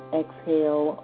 exhale